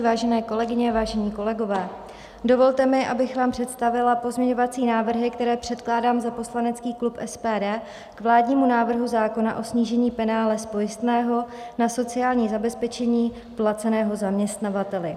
Vážené kolegyně, vážení kolegové, dovolte mi, abych vám představila pozměňovací návrhy, které předkládám za poslanecký klub SPD k vládnímu návrhu zákona o snížení penále z pojistného na sociální zabezpečení placeného zaměstnavateli.